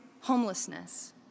homelessness